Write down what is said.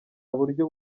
buryo